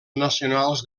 nacionals